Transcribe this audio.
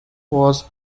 was